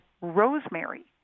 rosemary